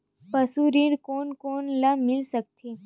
पशु ऋण कोन कोन ल मिल सकथे?